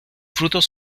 frutos